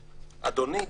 אדוני,